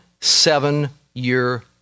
seven-year